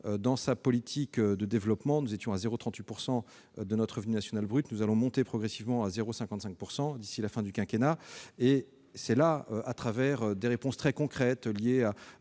dans sa politique de développement, avec une part de 0,38 % de son revenu national brut, qui doit monter progressivement à 0,55 % d'ici à la fin du quinquennat. C'est là, à travers des réponses très concrètes liées à